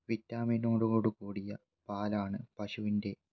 വിറ്റാമിനോട് കൂടിയ പാലാണ് പശുവിൻ്റെ